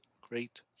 Great